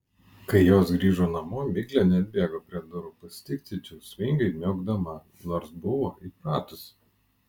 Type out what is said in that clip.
kai jos grįžo namo miglė neatbėgo prie durų pasitikti džiaugsmingai miaukdama nors buvo įpratusi